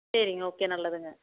சரிங்க ஓகே நல்லதுங்க